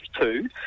two